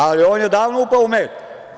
Ali on je odavno upao u med.